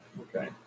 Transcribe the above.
Okay